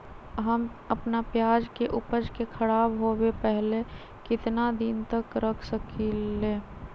हम अपना प्याज के ऊपज के खराब होबे पहले कितना दिन तक रख सकीं ले?